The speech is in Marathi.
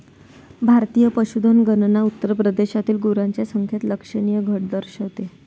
भारतीय पशुधन गणना उत्तर प्रदेशातील गुरांच्या संख्येत लक्षणीय घट दर्शवते